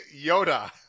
Yoda